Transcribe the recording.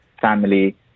family